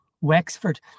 Wexford